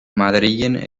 madrilen